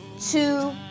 two